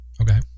okay